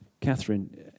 Catherine